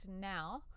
now